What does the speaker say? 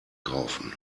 kaufen